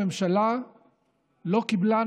הממשלה לא קיבלה,